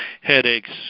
headaches